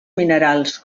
minerals